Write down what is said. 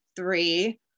three